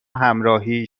همراهی